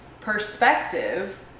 perspective